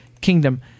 kingdom